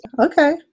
Okay